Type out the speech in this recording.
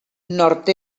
nord